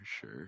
sure